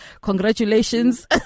Congratulations